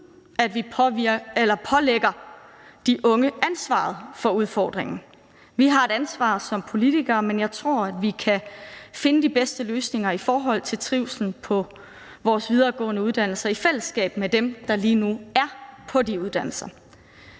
at vi pålægger de unge ansvaret for udfordringen. Vi har et ansvar som politikere, men jeg tror, at vi kan finde de bedste løsninger i forhold til trivslen på vores videregående uddannelser i fællesskab med dem, der lige nu er på de uddannelser.